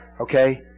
Okay